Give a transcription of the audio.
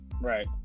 Right